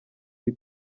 iyi